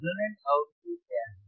resonant आवृत्ति क्या है